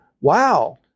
wow